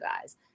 guys